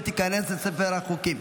ותיכנס לספר החוקים.